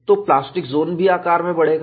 तो plastic zone भी आकार में बढ़ेगा